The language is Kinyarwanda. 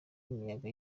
imiyaga